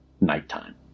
nighttime